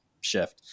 shift